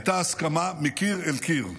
הייתה הסכמה מקיר אל קיר,